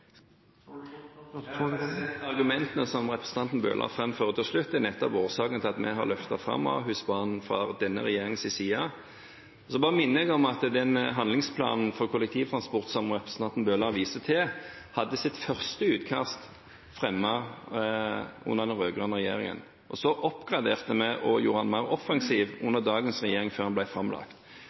argumentene som representanten Bøhler framfører til slutt, er nettopp årsaken til at vi fra regjeringens side har løftet fram Ahusbanen. Så minner jeg om at første utkast til handlingsplanen for kollektivtransport, som representanten Bøhler viser til, ble fremmet under den rød-grønne regjeringen. Så oppgraderte dagens regjering den og gjorde den mer offensiv før den ble framlagt.